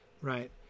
Right